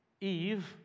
Eve